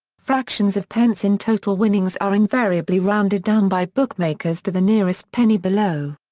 fractions of pence in total winnings are invariably rounded down by bookmakers to the nearest penny below.